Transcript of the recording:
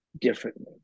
differently